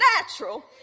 natural